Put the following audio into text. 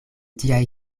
tiaj